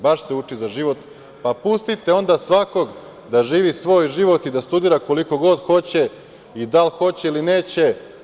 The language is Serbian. Baš se uči za život, pa pustite onda svakog da živi svoj život i da studira koliko god hoće i da li hoće ili neće.